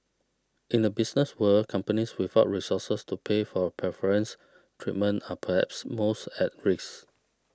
in the business world companies without resources to pay for preference treatment are perhaps most at risk